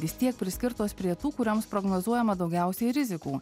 vis tiek priskirtos prie tų kurioms prognozuojama daugiausiai rizikų